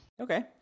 Okay